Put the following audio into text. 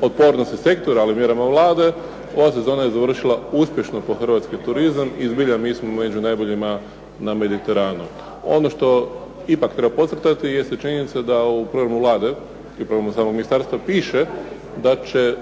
otpornosti sektora, ali i mjerama Vlade, ova sezona je završila uspješno po hrvatski turizam i zbilja mi smo među najboljima na Mediteranu. Ono što ipak treba podcrtati jeste činjenica da u programu Vlade i u programu samog ministarstva piše da će